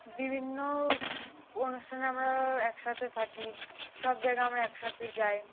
বিভিন্ন অনুষ্ঠানে আমরা একসাথে থাকি সব জায়গায় আমরা একসাথে যাই